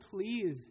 Please